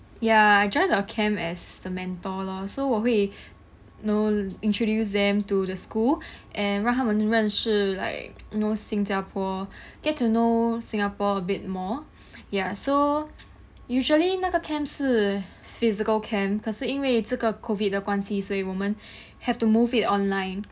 ya I joined the camp as the mentor lor so 我会 know introduce them to the school and 让他们认识 like know 新加坡 get to know singapore a bit more ya so usually 那个 camp 是 physical camp 可是因为这个 COVID 的关系所以我们 have to move it online